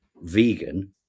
vegan